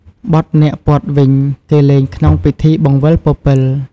បទនាគព័ទ្ធវិញ គេលេងក្នុងពិធីបង្វិលពពិល។